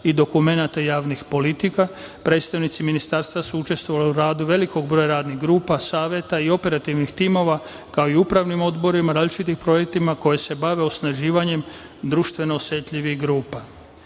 i dokumenata javnih politika. Predstavnici ministarstva su učestvovali u radu velikog broja radnih grupa, saveta i operativnih timova, kao i u upravnim odborima, različitim projektima koji se bave osnaživanjem društveno osetljivih grupa. Kada